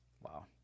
wow